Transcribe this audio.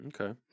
Okay